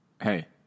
Hey